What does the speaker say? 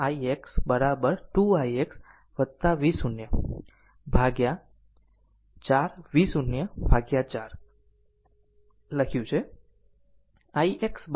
ત્યાં મેં i0 ix 2 ix V0 per 4 V0 4 લખ્યું છે